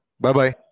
Bye-bye